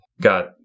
got